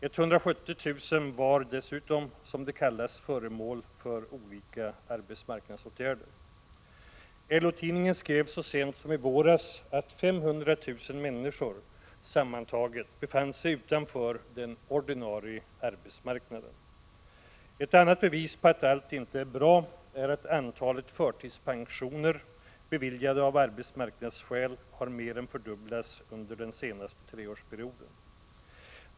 170 000 var dessutom, som det kallas, föremål för olika arbetsmarknadspolitiska åtgärder. LO-tidningen skrev så sent som i våras att 500 000 människor sammantaget befann sig utanför den ordinarie arbetsmarknaden. Ett annat bevis på att allt inte är bra är att antalet förtidspensioner, beviljade av arbetsmarknadsskäl, mer än fördubblats under den senaste treårsperioden.